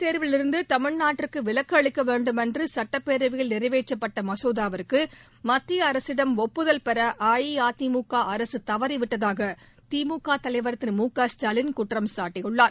தேர்விலிருந்து தமிழ்நாட்டிற்கு விலக்கு அளிக்க வேண்டுமென்று சட்டப்பேரவையில் நீட் நிறைவேற்றப்பட்ட மசோதாவிற்கு மத்திய அரசிடம் ஒப்புதல் பெற அஇஅதிமுக அரசு தவறிவிட்டதாக திமுக தலைவர் திரு மு க ஸ்டாலின் குற்றம் சாட்டியுள்ளார்